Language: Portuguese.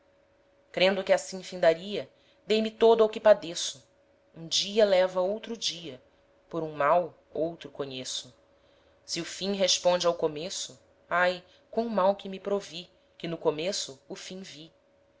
crendo que assim findaria dei-me todo ao que padeço um dia leva outro dia por um mal outro conheço se o fim responde ao começo ai quam mal que me provi que no começo o fim vi